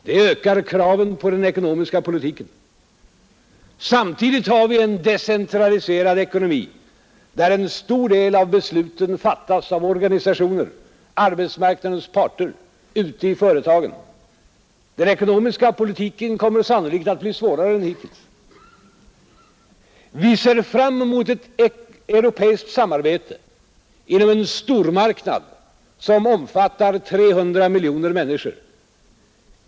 Det ökar kraven på den ekonomiska politiken. Samtidigt har vi en decentraliserad ekonomi, där en stor del av besluten fattas av organisationer, arbetsmarknadens parter, ute i företagen. Den ekonomiska politiken kommer sannolikt att bli svårare än hittills. Vi ser fram mot ett europeiskt samarbete inom en stormarknad som omfattar 300 miljoner människor.